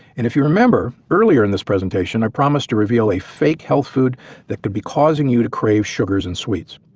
and if you remember earlier in this presentation, i promised to reveal a fake health food that could be causing you to crave sugars and sweets.